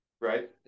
right